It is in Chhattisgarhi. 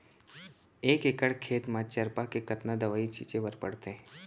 एक एकड़ खेत म चरपा के कतना दवई छिंचे बर पड़थे?